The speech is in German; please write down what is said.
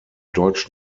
deutsch